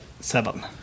seven